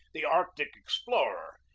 the arctic explorer,